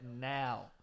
now